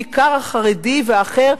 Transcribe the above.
בעיקר החרדי ואחר,